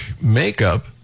makeup